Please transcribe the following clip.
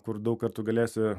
kur daug kartų galėsi